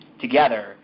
together